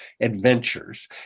adventures